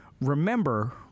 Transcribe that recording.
remember